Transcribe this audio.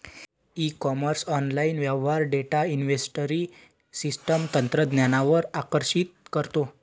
E commerce online व्यवहार data inventory system तंत्रज्ञानावर आकर्षित करतो